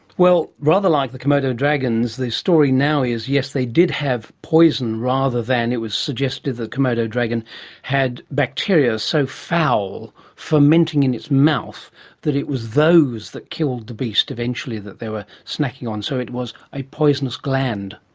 well, rather like the komodo dragons, the story now is, yes, they did have poison, rather than it was suggested the komodo dragon had bacteria so foul fermenting in its mouth that it was those that killed the beast eventually that they were snacking on. so it was a poisonous gland.